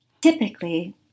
Typically